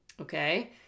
Okay